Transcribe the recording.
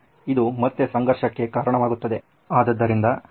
ಇದು ಮತ್ತೆ ಸಂಘರ್ಷಕ್ಕೆ ಕಾರಣವಾಗುತ್ತದೆ